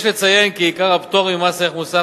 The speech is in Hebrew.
יש לציין כי עיקר הפטורים ממס ערך מוסף